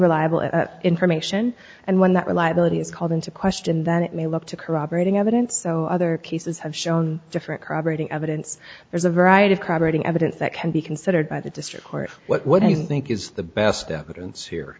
reliable information and when that reliability is called into question then it may look to corroborating evidence so other cases have shown different crowd rating evidence there's a variety of crime writing evidence that can be considered by the district court what do you think is the best evidence here